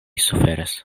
suferas